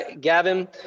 Gavin